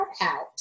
out